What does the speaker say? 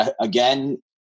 again